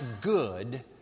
good